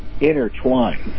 intertwined